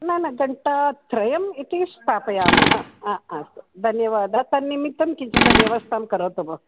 न न घण्टात्रयम् इति स्थापयामः हा अस्तु धन्यवादः तन्निमित्तं किञ्चित् व्यवस्थां करोतु भोः